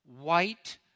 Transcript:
white